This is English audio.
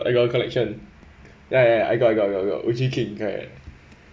I got a collection ya ya ya I got I got I got I got I got which is